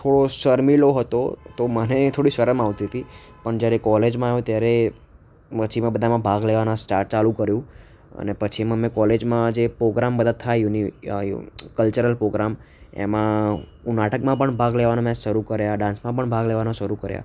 થોડો શર્મીલો હતો તો મને થોડી શરમ આવતી હતી પણ જ્યારે કોલેજમાં આવ્યો ત્યારે પછીમાં બધામાં ભાગ લેવાના સ્ટાટ ચાલુ કર્યું અને પછીમાં મેં કોલેજમાં જે પોગ્રામ બધા થાય યુની કલ્ચરલ પોગ્રામ એમાં હું નાટકમાં પણ ભાગ લેવાનું મેં શરૂ કર્યાં ડાન્સમાં પણ ભાગ લેવાના શરૂ કર્યાં